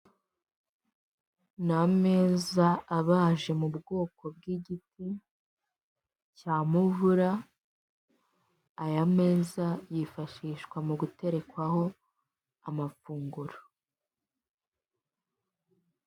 Ni ameza abaje mu bwoko bw'igiti cya muvura, aya meza yifashishwa mu guterekwaho amafunguro.